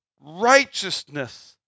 righteousness